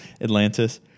Atlantis